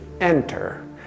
enter